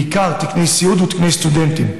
בעיקר תקני סיעוד ותקני סטודנטים.